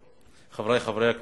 חברי חברי הכנסת,